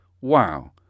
Wow